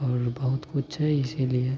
आओर बहुत किछु छै इसलिए